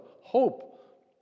hope